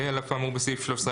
(ה) על אף האמור בסעיף 13א(ג)(1),